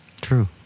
True